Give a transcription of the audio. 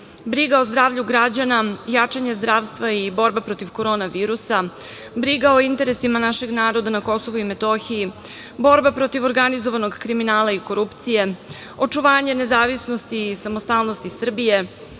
briga o zdravlju građana, jačanje zdravstva i borba protiv korona virusa, briga o interesima našeg naroda na KiM, borba protiv organizovanog kriminala i korupcije, očuvanje nezavisnosti i samostalnosti Srbije,